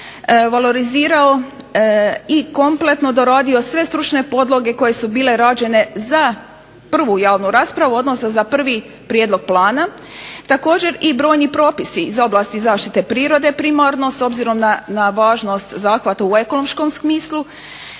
valorizirao i kompletno doradio sve stručne podloge koje su bile rađene za prvu javnu raspravu odnosno za prvi prijedlog plana, također i brojni propisi za oblasti zaštite prirode primarno, s obzirom na važnost zahvata u ekološkom smislu